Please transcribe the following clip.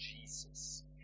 Jesus